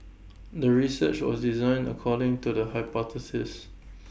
the research was designed according to the hypothesis